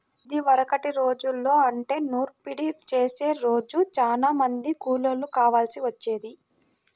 ఇదివరకటి రోజుల్లో అంటే నూర్పిడి చేసే రోజు చానా మంది కూలోళ్ళు కావాల్సి వచ్చేది